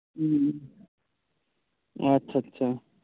ᱦᱮᱸ ᱟᱪᱪᱷᱟ ᱟᱪᱪᱷᱟ